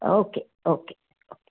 okay okay okay